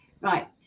right